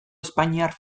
espainiar